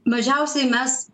mažiausiai mes